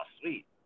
sweet